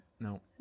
No